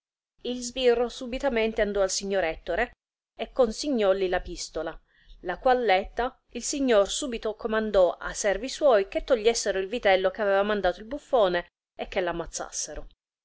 il sbirro subitamente andò al signor ettore e consignolli la pistola la qual letta il signor subito comandò a servi suoi che togliessero il vitello eh aveva mandato il buffone e che ramazzassero